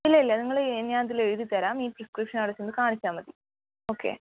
ഇല്ല ഇല്ല നിങ്ങൾ ഈ ഞാൻ ഇതിൽ എഴുതി തരാം ഈ പ്രെസ്ക്രിപ്ഷൻ എടുത്തൊന്ന് കാണിച്ചാൽ മതി ഓക്കേ